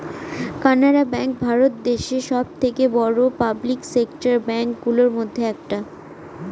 Canara bank Bharat দেশে সব থেকে বড়ো পাবলিক সেক্টর ব্যাঙ্ক গুলোর মধ্যে একটা